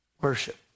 Worship